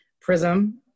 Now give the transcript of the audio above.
Prism